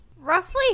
Roughly